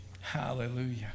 Hallelujah